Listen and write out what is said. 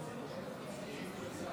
ככה צריך להיות.